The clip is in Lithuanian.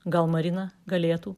gal marina galėtų